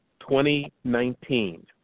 2019